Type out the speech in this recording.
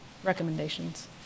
recommendations